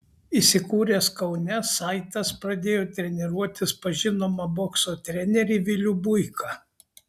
įsikūręs kaune saitas pradėjo treniruotis pas žinomą bokso trenerį vilių buiką